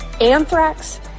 anthrax